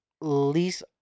least